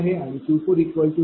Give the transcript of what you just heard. आहे आणि Q0